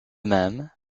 même